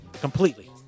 Completely